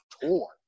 tour